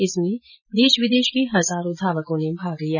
इसमें देश विदेश के हजारों धावकों ने भाग लिया